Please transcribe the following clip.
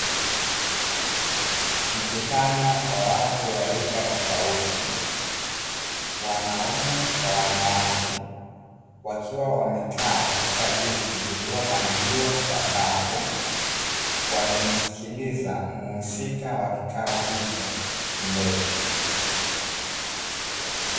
Mkutano wa watu wa rika tofauti wanaume kwa wanawake wakiwa wamekaa katika viti vilivyo pangiliwa kwa safu, wakimsikiliza mhusika wa kikao hicho mbele.